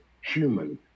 human